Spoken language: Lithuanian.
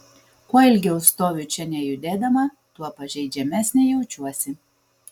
kuo ilgiau stoviu čia nejudėdama tuo pažeidžiamesnė jaučiuosi